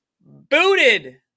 Booted